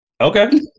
Okay